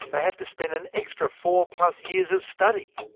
they have to spend an extra four plus years of study.